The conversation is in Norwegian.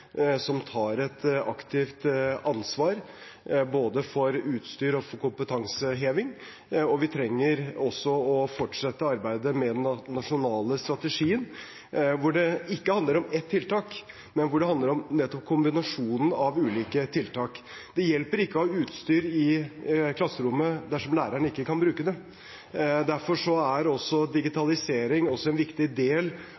som tar et aktivt ansvar for både utstyr og kompetanseheving. Vi trenger også å fortsette arbeidet med den nasjonale strategien, hvor det ikke handler om ett tiltak, men hvor det handler om kombinasjonen av ulike tiltak. Det hjelper ikke å ha utstyr i klasserommet dersom læreren ikke kan bruke det. Derfor er digitalisering også